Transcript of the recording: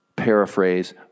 Paraphrase